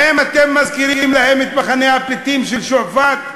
האם אתם מזכירים להם את מחנה הפליטים של שועפאט?